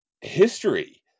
history